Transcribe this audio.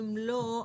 אם לא,